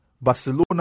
Barcelona